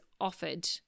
offered